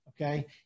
okay